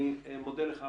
רמי, אני מודה לך.